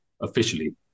officially